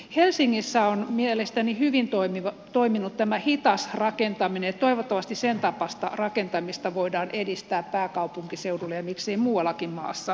helsingissä on mielestäni hyvin toiminut tämä hitasrakentaminen ja toivottavasti sen tapaista rakentamista voidaan edistää pääkaupunkiseudulla ja miksei muuallakin maassa